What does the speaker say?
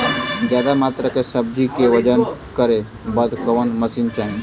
ज्यादा मात्रा के सब्जी के वजन करे बदे कवन मशीन चाही?